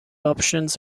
options